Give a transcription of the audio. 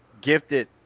gifted